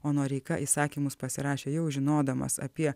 o noreika įsakymus pasirašė jau žinodamas apie